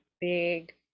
big